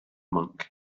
monk